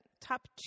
top